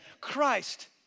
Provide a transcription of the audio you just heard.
Christ